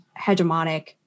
hegemonic